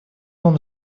вам